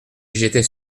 j’étais